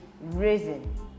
risen